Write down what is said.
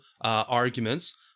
arguments